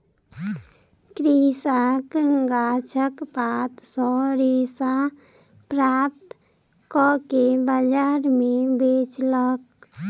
कृषक गाछक पात सॅ रेशा प्राप्त कअ के बजार में बेचलक